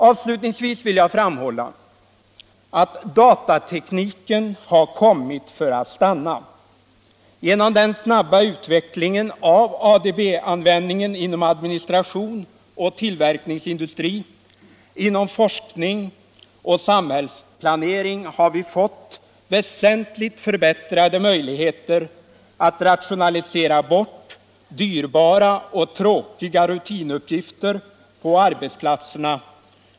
Avslutningsvis vill jag framhålla att datatekniken har kommit för att stanna. Genom den snabba utvecklingen av ADB-användingen inom administration, tillverkningsindustri, forskning och samhällsplanering har vi fått väsentligt förbättrade möjligheter att rationalisera bort dyrbara och tråkiga rutinuppgifter på arbetsplatserna.